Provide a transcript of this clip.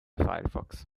firefox